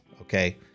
okay